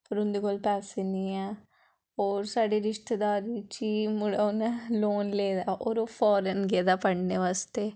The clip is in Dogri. पर उं'दे कोल पैसे निं ऐं होर साढ़े रिश्तेदार बिच्च गै मुड़ा उ'नै लोन लेदा होर ओह् फार्न गेदा पढ़ने आस्तै